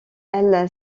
elle